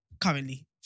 Currently